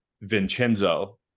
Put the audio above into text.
Vincenzo